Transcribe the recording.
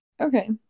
Okay